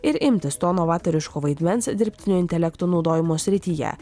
ir imtis to novatoriško vaidmens dirbtinio intelekto naudojimo srityje